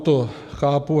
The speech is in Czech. To chápu.